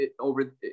over